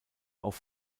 auf